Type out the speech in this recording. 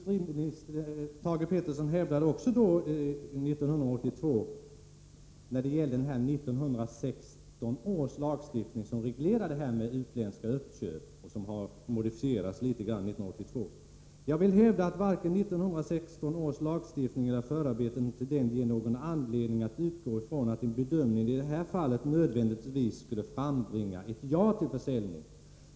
Thage Peterson hävdade också då att när det gällde 1916 års lagstiftning som reglerar utländska köp av svenska företag — lagstiftningen modifierades litet grand 1982 — ger varken 1916 års lagstiftning eller förarbetena till denna mig anledning att utgå från att bedömningen i det här fallet nödvändigtvis skulle leda till att man sade ja till sådana försäljningar.